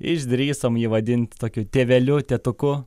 išdrįsom jį vadint tokiu tėveliu tėtuku